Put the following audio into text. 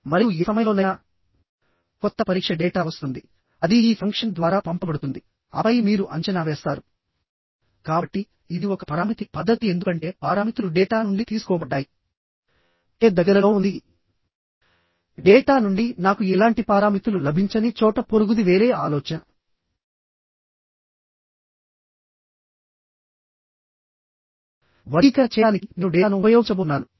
RCC structure లో dead load వలన కానీ లేదా సెల్ఫ్ వెయిట్ వలన కానీ సాధారణంగా కంప్రెషన్ లో ఉంటుంది అరుదుగా టెన్షన్ కి లోనవుతుంది